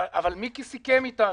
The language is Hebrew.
אבל מיקי סיכם איתנו.